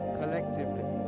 collectively